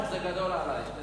שני שרי חינוך, זה גדול עלי.